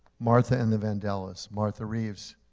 martha and the vandellas. martha reeves,